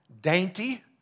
dainty